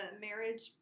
marriage